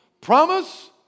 Promise